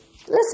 Listen